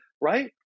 right